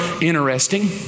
interesting